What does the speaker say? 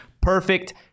perfect